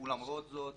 למרות זאת